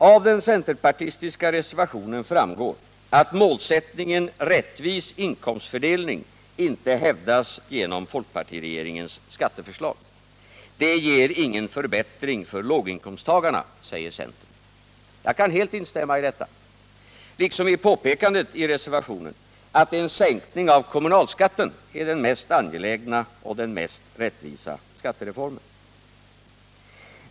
Av den centerpartistiska reservationen framgår att målsättningen rättvis inkomstfördelning inte hävdas genom folkpartiregeringens skatteförslag. Det ger ingen förbättring för låginkomsttagarna, säger centern. Jag kan helt instämma i detta, liksom i påpekandet i reservationen att en sänkning av kommunalskatten är den mest angelägna och den mest rättvisa skattereformen.